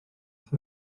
beth